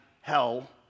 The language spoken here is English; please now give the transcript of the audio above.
hell